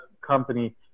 company